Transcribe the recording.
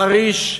בחריש,